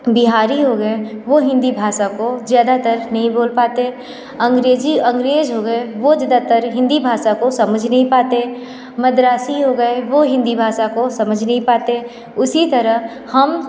बिहारी हो गए वो हिंदी भाषा को ज़्यादातर नहीं बोल पाते अंग्रेजी अंग्रेज हो गए वो ज़्यादातर हिंदी भाषा को समझ नहीं पाते मद्रासी हो गए वो हिंदी भाषा को समझ नहीं पाते उसी तरह हम